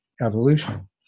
evolution